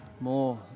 More